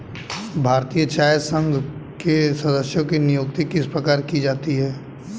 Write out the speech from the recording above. भारतीय चाय संघ के सदस्यों की नियुक्ति किस प्रकार की जाती है?